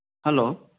hello